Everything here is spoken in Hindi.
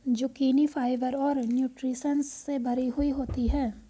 जुकिनी फाइबर और न्यूट्रिशंस से भरी हुई होती है